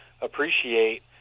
appreciate